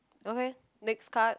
okay next card